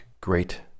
great